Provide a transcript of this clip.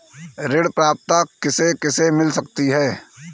ऋण पात्रता किसे किसे मिल सकती है?